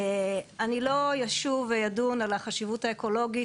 אני לא אשוב ואדון על החשיבות האקולוגית,